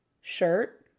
shirt